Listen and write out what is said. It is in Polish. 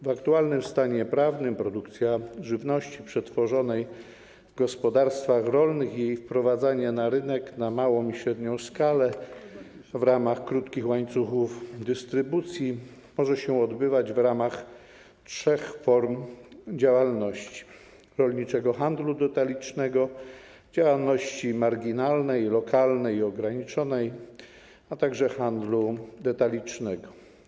W aktualnym stanie prawnym produkcja żywności przetworzonej w gospodarstwach rolnych i jej wprowadzanie na rynek na małą i średnią skalę w ramach krótkich łańcuchów dystrybucji mogą się odbywać w ramach trzech form działalności: rolniczego handlu detalicznego, działalności marginalnej, lokalnej i ograniczonej, a także handlu detalicznego.